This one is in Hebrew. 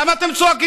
למה אתם צועקים?